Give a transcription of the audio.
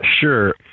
Sure